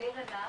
אני רנת,